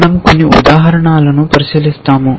మనం కొన్ని ఉదాహరణలు పరిశీలిస్తాము